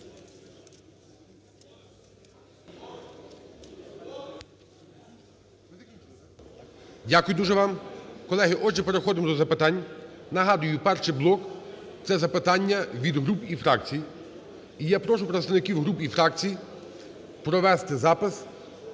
Дякую дуже вам. Колеги, отже, переходимо до запитань. Нагадую, перший блок – це запитання від груп і фракцій. І я прошу представників груп і фракцій провести запис